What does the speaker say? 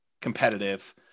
competitive